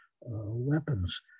weapons